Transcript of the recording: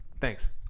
Thanks